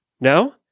No